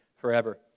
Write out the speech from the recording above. forever